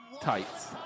tights